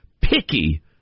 picky